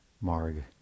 Marg